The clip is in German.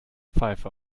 pfeife